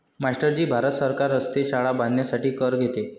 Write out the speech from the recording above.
master ji Bharat सरकार रस्ते, शाळा बांधण्यासाठी कर घेते